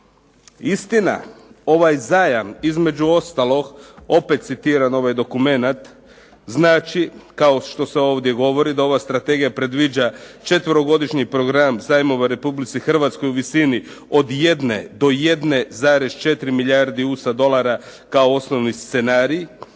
Istina, ovaj zajam između ostalog opet citiram ovaj dokumenat znači kao što se ovdje govori da ova strategija predviđa četverogodišnji program zajmova Republici Hrvatskoj u visini od jedne do jedne zarez četiri milijardi USA dolara kao osnovni scenarij.